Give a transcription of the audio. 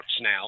now